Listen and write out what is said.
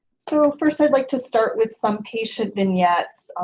so first i'd like to start with some patient vignettes.